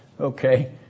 Okay